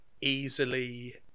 easily